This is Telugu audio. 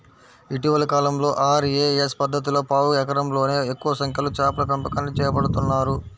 ఇటీవలి కాలంలో ఆర్.ఏ.ఎస్ పద్ధతిలో పావు ఎకరంలోనే ఎక్కువ సంఖ్యలో చేపల పెంపకాన్ని చేపడుతున్నారు